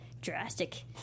drastic